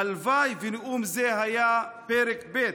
הלוואי שנאום זה היה פרק ב',